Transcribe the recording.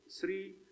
three